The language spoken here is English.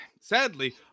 sadly